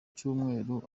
cyumweru